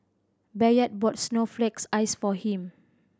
Bayard brought snowflake ice for him